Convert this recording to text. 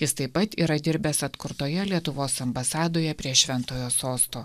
jis taip pat yra dirbęs atkurtoje lietuvos ambasadoje prie šventojo sosto